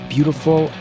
Beautiful